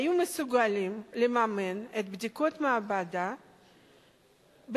היו מסוגלים לממן את בדיקות המעבדה באנגליה.